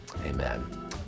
amen